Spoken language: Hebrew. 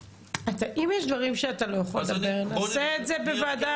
אם יש דברים שאתה לא יכול לדבר אז נעשה את זה בוועדה